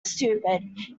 stupid